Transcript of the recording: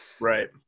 Right